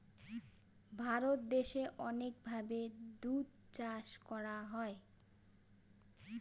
ভারত দেশে অনেক ভাবে দুধ চাষ করা হয়